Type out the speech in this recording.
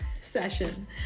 session